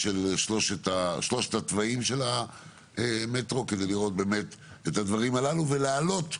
שלושת התוואים של המטרו כדי לראות את הדברים הללו ולהעלות מצוקות,